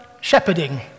shepherding